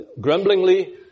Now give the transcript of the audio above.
grumblingly